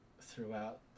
throughout